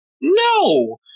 No